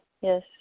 Yes